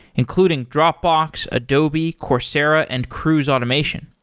including dropbox, adobe, coursera and cruise automation.